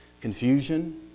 Confusion